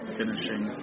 finishing